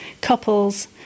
couples